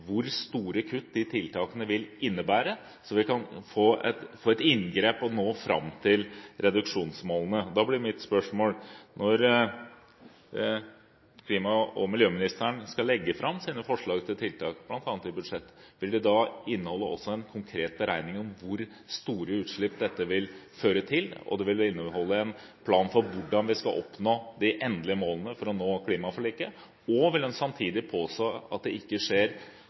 hvor store kutt de tiltakene vil innebære, slik at man kan få et inngrep og nå fram til reduksjonsmålene. Da blir mitt spørsmål: Når klima- og miljøministeren skal legge fram sine forslag til tiltak, bl.a. i budsjett, vil de da også inneholde en konkret beregning om hvor store utslipp dette vil føre til? Vil de inneholde en plan for hvordan vi skal oppnå de endelige målene for å nå klimaforliket? Og vil en samtidig påse at det ikke skjer